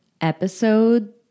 episode